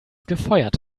gefeuert